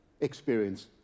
experience